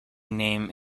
name